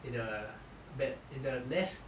in a bad in the less